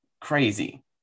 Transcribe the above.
crazy